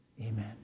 Amen